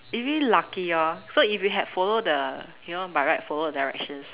it really lucky lor so if we had follow the you know by right follow the directions